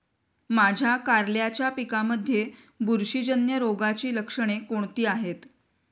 माझ्या कारल्याच्या पिकामध्ये बुरशीजन्य रोगाची लक्षणे कोणती आहेत?